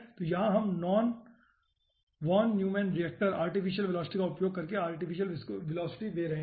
तो यहां हम von Neumann Richtmyer artificial velocity का उपयोग करके आर्टिफीसियल विस्कोसिटी दे रहे हैं